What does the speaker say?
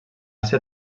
ser